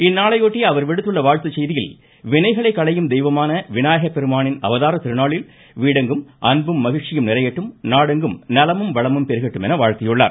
இந்நாளையொட்டி அவர் விடுத்துள்ள வாழ்த்துச் செய்தியில் வினைகளை களையும் தெய்வமான விநாயகப்பெருமானின் அவதார திருநாளில் வீடெங்கும் அன்பும் மகிழ்ச்சியும் நிறையட்டும் நாடெங்கும் நலமும் வளமும் பெருகட்டும் என வாழ்த்தியுள்ளார்